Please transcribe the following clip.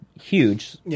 huge